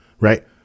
right